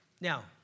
Now